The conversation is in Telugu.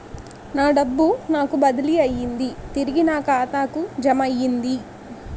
నా డబ్బు నాకు బదిలీ అయ్యింది తిరిగి నా ఖాతాకు జమయ్యింది